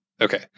Okay